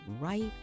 right